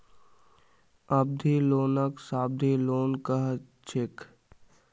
अवधि लोनक सावधि लोन कह छेक